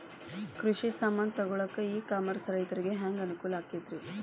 ಕೃಷಿ ಸಾಮಾನ್ ತಗೊಳಕ್ಕ ಇ ಕಾಮರ್ಸ್ ರೈತರಿಗೆ ಹ್ಯಾಂಗ್ ಅನುಕೂಲ ಆಕ್ಕೈತ್ರಿ?